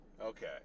okay